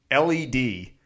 LED